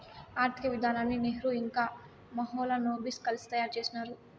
ఆర్థిక విధానాన్ని నెహ్రూ ఇంకా మహాలనోబిస్ కలిసి తయారు చేసినారు